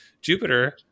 Jupiter